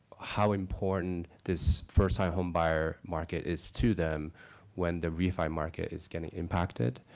how important this first-time homebuyer market is to them when the re-fi market is getting impacted.